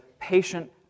patient